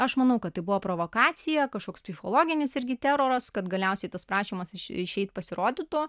aš manau kad tai buvo provokacija kažkoks psichologinis irgi teroras kad galiausiai tas prašymas išeit pasirodytų